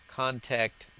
contact